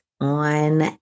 on